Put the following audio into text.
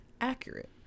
accurate